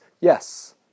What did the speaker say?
yes